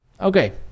Okay